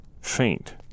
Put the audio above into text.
faint